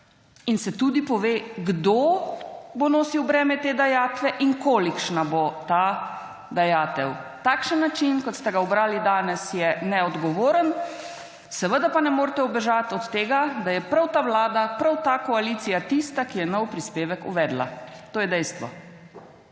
in se tudi pove kdo bo nosil breme te dajatve in kolikšna bo ta dajatev. Takšen način kot ste obrali danes, je neodgovoren, seveda pa ne morete ubežati od tega, da je prav ta Vlada, prav ta koalicija tista, ki je nov prispevek uvedla. To je dejstvo.